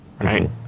right